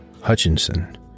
hutchinson